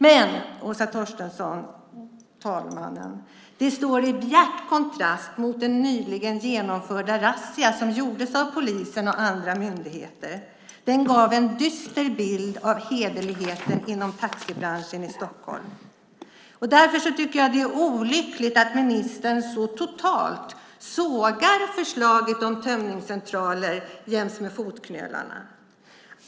Men det, Åsa Torstensson, står i bjärt kontrast mot den nyligen genomförda razzia som gjordes av polisen och andra myndigheter. Den gav en dyster bild av hederligheten inom taxibranschen i Stockholm. Därför tycker jag att det är olyckligt att ministern så totalt sågar förslaget om tömningscentraler jäms med fotknölarna.